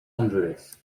angeles